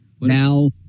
Now